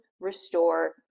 restore